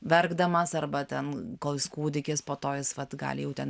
verkdamas arba ten koks kūdikis po to jis vat gali jau ten